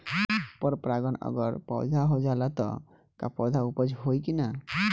पर परागण अगर हो जाला त का पौधा उपज होई की ना?